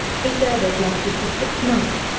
these durbars lasted for six months,